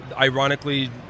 ironically